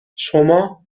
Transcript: شما